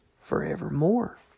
forevermore